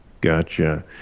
gotcha